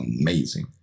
amazing